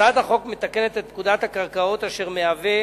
הצעת החוק מתקנת את פקודת הקרקעות אשר מהווה